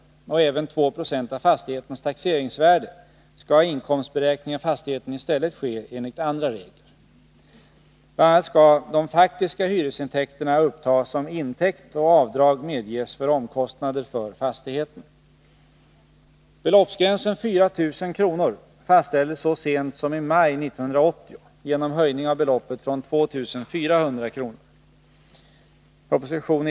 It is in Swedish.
och även 2 96 av fastighetens taxeringsvärde skall inkomstberäkningen av fastigheten i stället ske enligt andra regler. Bl. a. skall de faktiska hyresintäkterna upptas som intäkt, och avdrag medges för omkostnader för fastigheten. Beloppsgränsen 4 000 kr. fastställdes så sent som i maj 1980 genom höjning av beloppet från 2400 kr. .